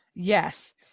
Yes